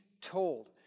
told